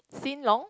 Sin Long